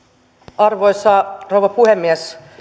arvoisa rouva puhemies